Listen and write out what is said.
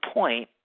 point